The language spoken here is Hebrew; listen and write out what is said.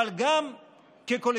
אבל גם כקולקטיב,